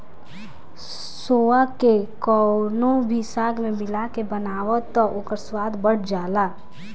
सोआ के कवनो भी साग में मिला के बनाव तअ ओकर स्वाद बढ़ जाला